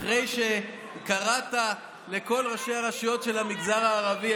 אחרי שקראת לכל ראשי הרשויות של המגזר הערבי,